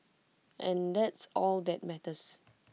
and that's all that matters